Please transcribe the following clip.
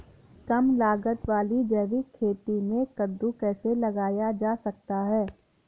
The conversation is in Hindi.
कम लागत वाली जैविक खेती में कद्दू कैसे लगाया जा सकता है?